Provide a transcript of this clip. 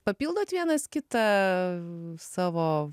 papildot vienas kitą savo